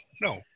no